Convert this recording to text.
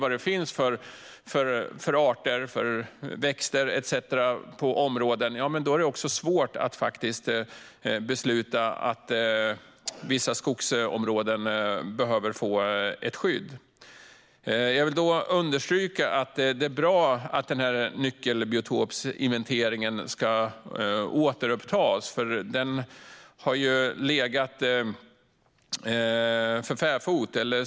Om vi inte känner till vilka arter och växter etcetera som finns i ett område är det svårt att besluta att vissa skogsområden behöver skyddas. Jag vill understryka att det är bra att nyckelbiotopsinventeringen ska återupptas, för den har så att säga legat för fäfot.